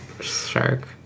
shark